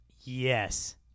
Yes